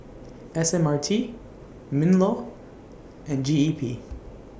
S M R T MINLAW and G E P